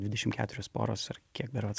dvidešim keturios poros ar kiek berods